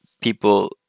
people